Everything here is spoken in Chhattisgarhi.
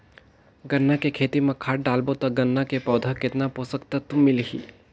गन्ना के खेती मां खाद डालबो ता गन्ना के पौधा कितन पोषक तत्व मिलही?